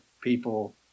people